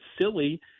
silly